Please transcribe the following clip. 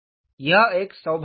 यह एक सौभाग्य था